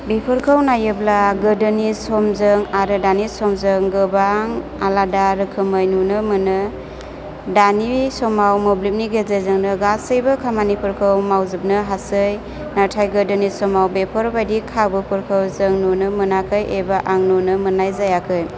बेफोरखौ नायोब्ला गोदोनि समजों आरो दानि समजों गोबां आलादा रोखोमै नुनो मोनो दानि समाव मोब्लिबनि गेजेरजोंनो गासैबो खामानिफोरखौ मावजोबनो हासै नाथाय गोदोनि समाव बेफोरबायदि खाबुफोरखौ जों नुनो मोनाखै एबा आं नुनो मोन्नाय जायाखै